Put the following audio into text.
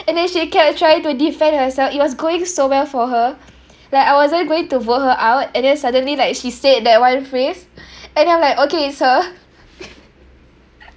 and then she kept trying to defend herself it was going so well for her like I wasn't going to vote her out and then suddenly like she said that one phrase and I'm like okay it's her